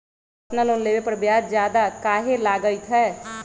Personal loan लेबे पर ब्याज ज्यादा काहे लागईत है?